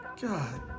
God